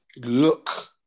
look